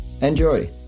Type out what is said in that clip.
Enjoy